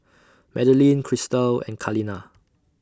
Madaline Christal and Kaleena